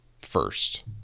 first